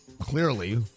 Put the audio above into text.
Clearly